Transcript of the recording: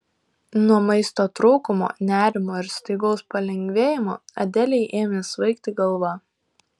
nuo maisto trūkumo nerimo ir staigaus palengvėjimo adelei ėmė svaigti galva